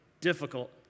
difficult